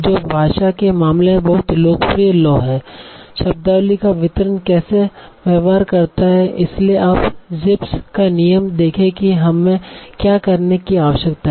जो भाषा के मामले में बहुत लोकप्रिय लॉ है शब्दावली का वितरण कैसे व्यवहार करता है इसलिए आप Zipf's का नियम देखते हैं कि हमें क्या करने की आवश्यकता है